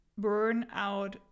burnout